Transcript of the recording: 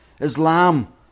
Islam